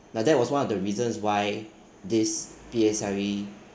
like that was one of the reasons why this P_S_L_E